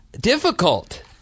difficult